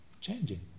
Changing